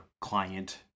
client